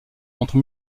entre